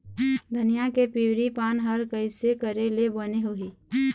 धनिया के पिवरी पान हर कइसे करेले बने होही?